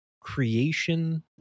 creation